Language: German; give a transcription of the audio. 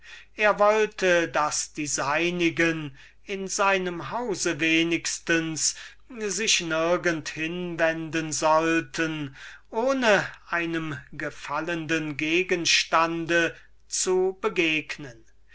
er wollte daß die seinigen in seinem hause wenigstens sich nirgends hinwenden sollten ohne einem schönen gegenstande zu begegnen